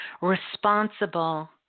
responsible